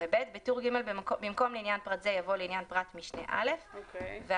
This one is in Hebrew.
בטור ג' במקום "לעניין פרט זה " יבוא "לעניין פרט משנה (א) ",